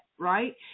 right